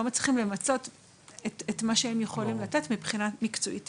מצליחים למצות את מה שהם יכולים לתת מבחינת מקצועיות טיפולית.